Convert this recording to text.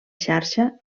xarxa